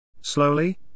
Slowly